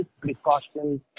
precautions